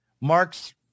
Marx